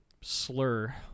slur